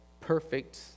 perfect